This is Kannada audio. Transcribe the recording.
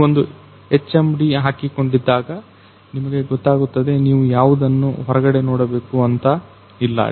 ಈ ಒಂದು HMD ಹಾಕಿಕೊಂಡಿದ್ದಾಗ ನಿಮಗೆ ಗೊತ್ತಾಗುತ್ತದೆ ನೀವು ಯಾವುದನ್ನು ಹೊರಗಡೆ ನೋಡಬೇಕು ಅಂತ ಇಲ್ಲ